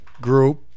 group